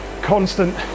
constant